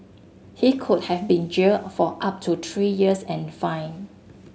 he could have been jailed for up to three years and fined